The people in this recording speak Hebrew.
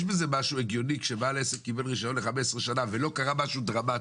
יש בזה משהו הגיוני כשבעל עסק קיבל רישיון ל-15 שנה ולא קרה משהו דרמטי.